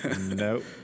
Nope